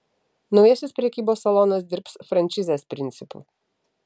naujasis prekybos salonas dirbs franšizės principu